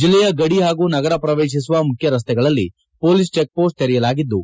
ಜಿಲ್ಲೆಯ ಗಡಿ ಹಾಗೂ ನಗರ ಪ್ರವೇಶಿಸುವ ಮುಖ್ಯರಸ್ತೆಗಳಲ್ಲಿ ಪೊಲೀಸ್ ಚೆಕ್ಪೋಸ್ಟ್ ತೆರೆಯಲಾಗಿದ್ದು